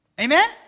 Amen